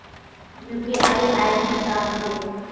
UPI ID का होथे?